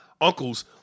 uncles